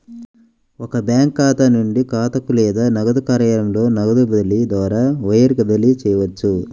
ఒక బ్యాంకు ఖాతా నుండి ఖాతాకు లేదా నగదు కార్యాలయంలో నగదు బదిలీ ద్వారా వైర్ బదిలీ చేయవచ్చు